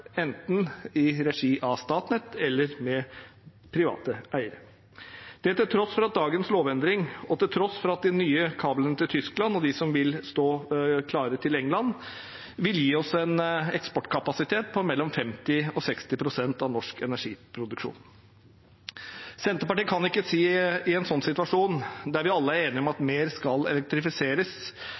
enten i regi av Statnett eller med private eiere – det til tross for at dagens lovendring og de nye kablene til Tyskland og de som vil stå klare til England, vil gi oss en eksportkapasitet på mellom 50 og 60 pst. av norsk energiproduksjon. I en situasjon der vi alle er enige om at mer skal elektrifiseres,